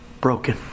broken